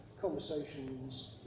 Conversations